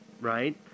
right